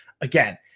again